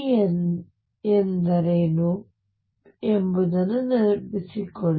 p ಎಂದರೇನು ಎಂಬುದನ್ನು ನೆನಪಿಸಿಕೊಳ್ಳಿ